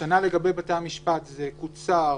השנה, לגבי בתי-המשפט, זה קוצר